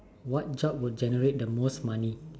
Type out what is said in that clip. what job would generate the most money